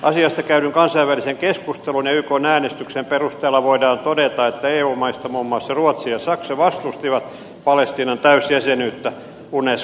asiasta käydyn kansainvälisen keskustelun ja ykn äänestyksen perusteella voidaan todeta että eu maista muun muassa ruotsi ja saksa vastustivat palestiinan täysjäsenyyttä unescossa